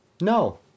No